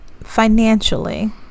Financially